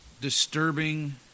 disturbing